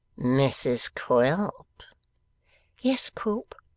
mrs quilp yes, quilp